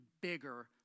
bigger